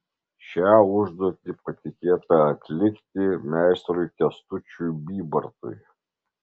šią užduotį patikėta atlikti meistrui kęstučiui bybartui